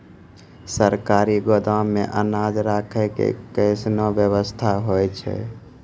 सरकारी गोदाम मे अनाज राखै के कैसनौ वयवस्था होय छै?